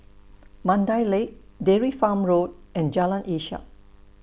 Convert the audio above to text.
Mandai Lake Dairy Farm Road and Jalan Ishak